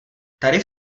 tarif